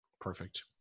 Perfect